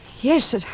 Yes